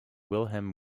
wilhelm